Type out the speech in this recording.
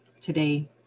today